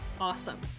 awesome